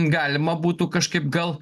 galima būtų kažkaip gal